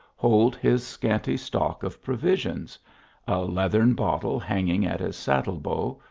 hold his scanty stock of provisions a leathern bottle hanging at his saddle-bow,